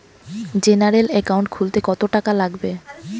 General account খুলতে কত টাকা লাগবে?